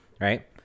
Right